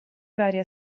varia